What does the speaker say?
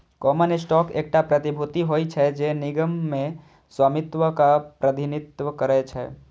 common stock एकटा प्रतिभूति होइ छै, जे निगम मे स्वामित्वक प्रतिनिधित्व करै छै